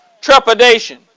trepidation